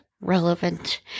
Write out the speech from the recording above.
relevant